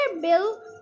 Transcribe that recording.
bill